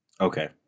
Okay